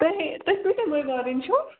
تُہۍ ہے تُہی کٲتیٛاہ بٲے بارٕنۍ چھُو